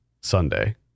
Sunday